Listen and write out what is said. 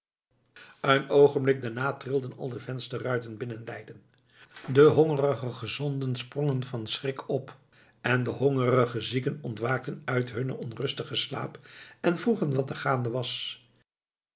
een oogenblik daarna trilden al de vensterruiten binnen leiden de hongerige gezonden sprongen van schrik op en de hongerige zieken ontwaakten uit hunnen onrustigen slaap en vroegen wat er gaande was